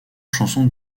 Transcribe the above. chansons